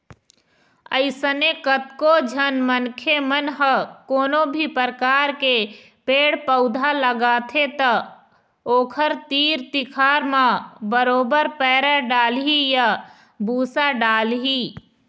अइसने कतको झन मनखे मन ह कोनो भी परकार के पेड़ पउधा लगाथे त ओखर तीर तिखार म बरोबर पैरा डालही या भूसा डालही